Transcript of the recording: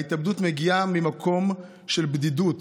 ההתאבדות מגיעה ממקום של בדידות.